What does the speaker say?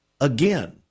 again